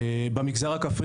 במגזר הכפרי,